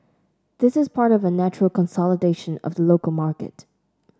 this is part of a natural consolidation of the local market